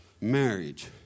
marriage